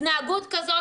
התנהגות כזאת,